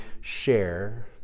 share